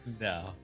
No